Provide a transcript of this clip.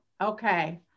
okay